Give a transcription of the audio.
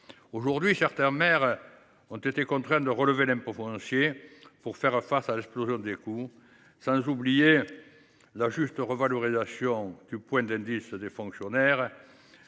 révolu. Certains maires ont été contraints de relever l’impôt foncier pour faire face à l’explosion des coûts, mais aussi à la juste revalorisation du point d’indice des fonctionnaires